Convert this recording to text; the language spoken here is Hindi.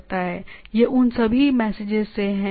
तो यह उन सभी मैसेजेस से है जो उस मेल सर्वर में हैं